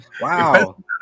wow